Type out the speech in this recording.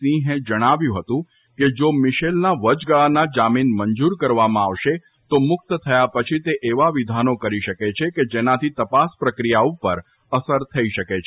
સિંહે જણાવ્યું હતું કે જો મીશેલના વચગાળાના જામીન મંજુર કરવામાં આવશે તો મુક્ત થયા પછી તે એવા વિધાનો કરી શકે છે કે જેનાથી તપાસ પ્રક્રિયા ઉપર અસર થઇ શકે છે